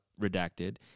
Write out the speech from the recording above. redacted